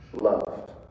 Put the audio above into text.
loved